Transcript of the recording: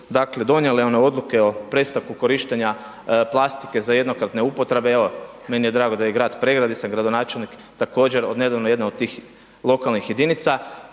dakle donijele one odluke o prestanku korištenja plastike za jednokratne upotrebe, evo meni je drago i da Grad Pregrada, gdje sam gradonačelnik također od nedavno jedna od tih lokalnih jedinica.